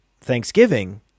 Thanksgiving